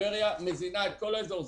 טבריה מזינה את כל האזור.